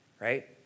Right